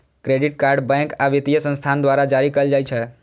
credit card bank आ वित्तीय संस्थान द्वारा जारी कैल जाइ छै